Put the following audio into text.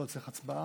לא צריך הצבעה.